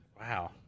wow